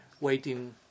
waiting